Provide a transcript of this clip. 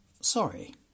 sorry